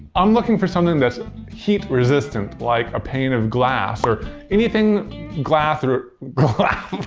i'm looking for something that's heat resistant like a pane of glass or anything glath-thru glath